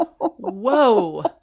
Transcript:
Whoa